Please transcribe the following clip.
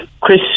Chris